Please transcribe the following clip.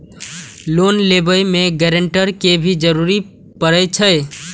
Loan लेबे में guarantor के भी जरूरी परे छै?